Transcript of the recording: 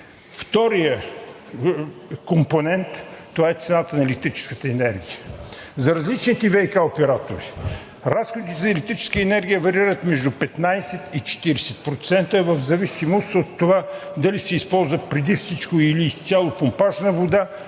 Вторият компонент е цената на електрическата енергия. За различните ВиК оператори разходите за електрическа енергия варират между 15 и 40% в зависимост от това дали се използва преди всичко или изцяло помпажна вода,